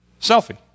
Selfie